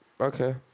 Okay